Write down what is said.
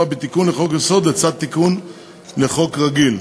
בתיקון לחוק-יסוד לצד תיקון לחוק רגיל.